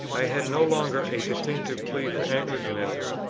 i had no longer a distinctive plea for anglicanism,